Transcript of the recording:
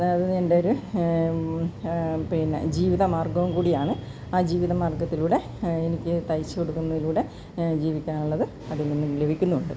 അതിന് എൻ്റെയൊരു പിന്നെ ജീവിത മാർഗ്ഗവും കൂടിയാണ് ആ ജീവിത മാർഗ്ഗത്തിലൂടെ എനിക്ക് തയിച്ച് കൊട്ക്ക്ന്നയിലൂടെ ജീവിക്കാനുള്ളത് അതിൽനിന്നും ലഭിക്കുന്നുണ്ട്